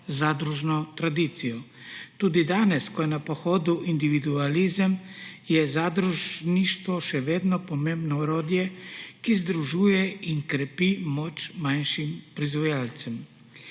zadružno tradicijo. Tudi danes, ko je na pohodu individualizem, je zadružništvo še vedno pomembno orodje, ki združuje in krepi moč manjšim proizvajalcem.